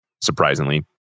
surprisingly